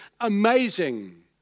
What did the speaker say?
amazing